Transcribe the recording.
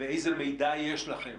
ואיזה מידע יש לכם